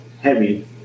heavy